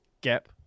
gap